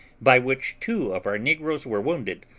by which two of our negroes were wounded,